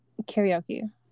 karaoke